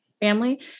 family